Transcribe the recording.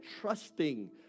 trusting